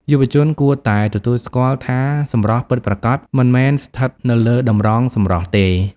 យុវជនគួរតែទទួលស្គាល់ថាសម្រស់ពិតប្រាកដមិនមែនស្ថិតនៅលើតម្រងសម្រស់ទេ។